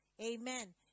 Amen